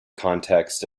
context